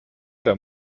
der